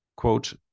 Quote